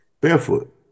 Barefoot